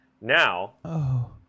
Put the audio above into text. Now